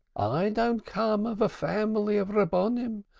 i don't come of a family of rabbonim.